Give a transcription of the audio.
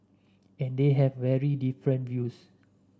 and they have very different views